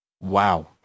Wow